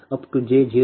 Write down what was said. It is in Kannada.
1438 j0